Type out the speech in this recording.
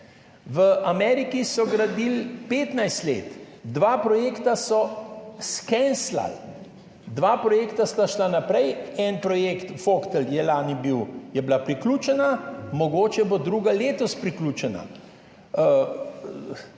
V Ameriki so gradili 15 let, dva projekta so skenslali. Dva projekta sta šla naprej. En projekt Foxtel je bil lani priključen, mogoče bo drugi priključen